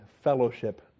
fellowship